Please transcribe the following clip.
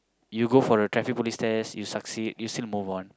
you go for a traffic police test you succeed you still move on